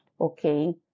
okay